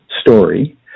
story